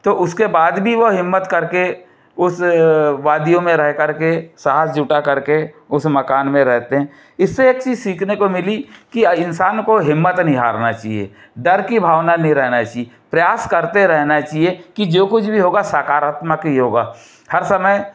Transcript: तो उसके बाद भी वो हिम्मत करके उस वादियों में रह करके साहस जूटा करके उस मकान में रहते है इससे एक चीज़ सीखने को मिली की इंसान को हिम्मत नहीं हारना चहिए डर की भावना नही रहना चाहिए प्रयास करते रहना चहिए कि जो कुछ भी होगा सकारात्मक ही होगा हर समय